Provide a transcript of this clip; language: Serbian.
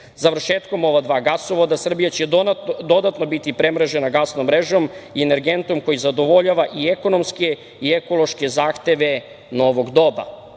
Sjenice. Završetkom ova dva gasovoda Srbija će dodatno biti premrežena gasnom mrežom i energentom koji zadovoljava i ekonomske i ekološke zahteve novog doba. Sam